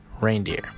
reindeer